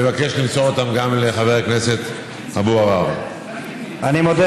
חברי טלב אבו עראר ואני,